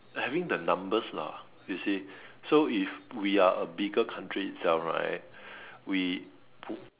having the numbers lah you see so if we are a bigger country itself right we pull